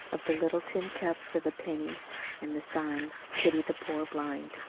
of the little tin cup for the pennies and the sign pity the poor blind.